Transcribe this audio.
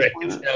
right